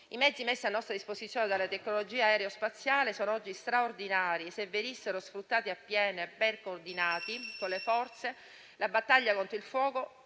I mezzi messi a nostra disposizione dalla tecnologia aerospaziale sono oggi straordinari. Se venissero sfruttati appieno e ben coordinati, la battaglia contro il fuoco